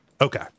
Okay